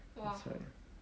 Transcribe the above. !wah!